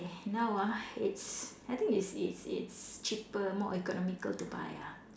now ah it's I think it's it's it's cheaper more economical to buy ah